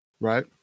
Right